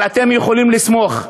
אבל אתם יכולים לסמוך: